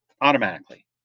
automatically